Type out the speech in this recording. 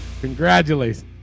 Congratulations